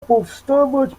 powstawać